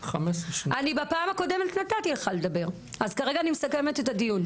אז כרגע אני מסכמת את הדיון,